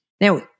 Now